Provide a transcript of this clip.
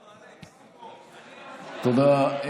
תודה.